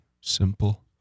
simple